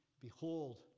behold